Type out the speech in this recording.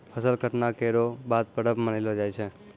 फसल कटला केरो बाद परब मनैलो जाय छै